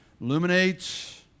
Illuminates